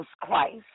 Christ